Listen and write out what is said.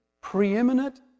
preeminent